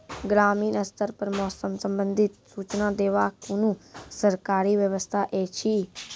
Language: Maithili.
ग्रामीण स्तर पर मौसम संबंधित सूचना देवाक कुनू सरकारी व्यवस्था ऐछि?